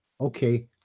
okay